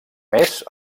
més